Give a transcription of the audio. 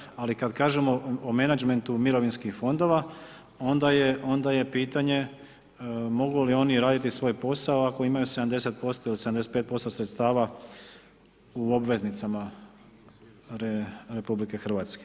Ali onda, ali kada kažemo o menadžmentu mirovinskih fondova onda je pitanje mogu li oni raditi svoj posao ako imaju 70% ili 75% sredstava u obveznicama RH.